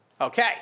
Okay